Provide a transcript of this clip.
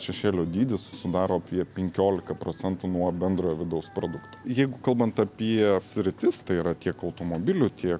šešėlio dydis sudaro apie penkiolika procentų nuo bendrojo vidaus produkto jeigu kalbant apie sritis tai yra tiek automobilių tiek